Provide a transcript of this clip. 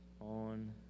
on